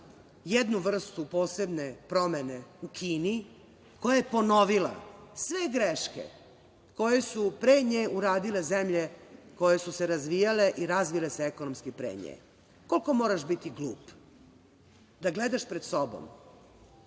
jednu vrstu posebne promene u Kini koja je ponovila sve greške koje su pre nje uradile zemlje koje su se razvijale i razvile se ekonomski pre nje. Koliko moraš biti glup da gledaš pred sobom